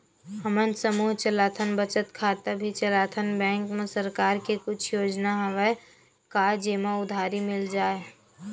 हमन समूह चलाथन बचत खाता भी चलाथन बैंक मा सरकार के कुछ योजना हवय का जेमा उधारी मिल जाय?